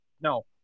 No